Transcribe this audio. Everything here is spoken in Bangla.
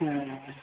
হ্যাঁ